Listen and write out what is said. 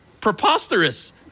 preposterous